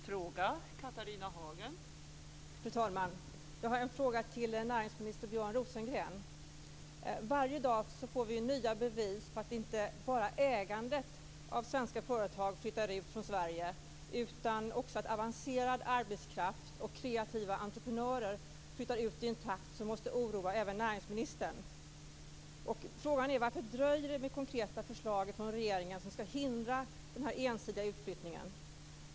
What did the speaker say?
Fru talman! Jag har en fråga till näringsminister Björn Rosengren. Varje dag får vi nya bevis på att inte bara ägandet av svenska företag flyttar ut från Sverige utan också att avancerad arbetskraft och kreativa entreprenörer flyttar ut i en takt som måste oroa även näringsministern. Frågan är: Varför dröjer det med konkreta förslag från regeringen som skall hindra denna ensidiga utflyttning?